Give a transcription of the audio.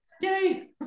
Yay